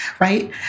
right